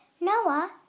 Noah